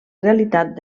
realitat